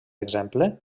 exemple